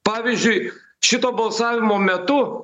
pavyzdžiui šito balsavimo metu